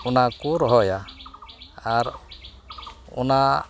ᱚᱱᱟᱠᱚ ᱨᱚᱦᱚᱭᱟ ᱟᱨ ᱚᱱᱟ